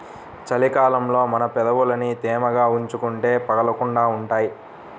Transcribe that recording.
చలి కాలంలో మన పెదవులని తేమగా ఉంచుకుంటే పగలకుండా ఉంటాయ్